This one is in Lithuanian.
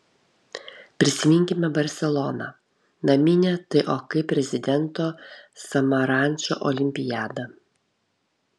prisiminkime barseloną naminę tok prezidento samarančo olimpiadą